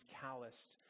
calloused